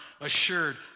assured